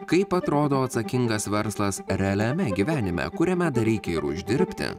kaip atrodo atsakingas verslas realiame gyvenime kuriame dar reikia ir uždirbti